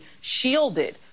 shielded